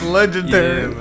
Legendary